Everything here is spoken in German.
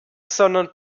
sondern